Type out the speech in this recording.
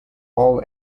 all